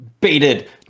baited